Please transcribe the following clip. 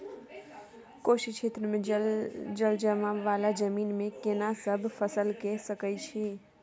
कोशी क्षेत्र मे जलजमाव वाला जमीन मे केना सब फसल के सकय छी?